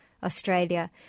Australia